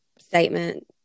statement